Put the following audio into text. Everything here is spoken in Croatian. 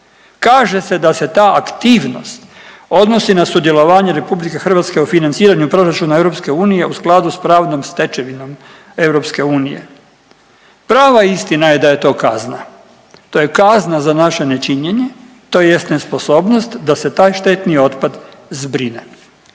Kaže se da se ta aktivnost odnosi na sudjelovanje RH u financiranju proračuna EU u skladu s pravnom stečevinom EU. Prava istina je da je to kazna. To je kazna za naše nečinjenje tj. nesposobnost da se taj štetni otpad zbrine.